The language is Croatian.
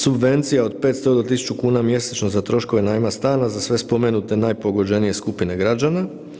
Subvencija od 500 do 1.000 kuna mjesečno za troškove najma stana za sve spomenute najpogođenije skupine građana.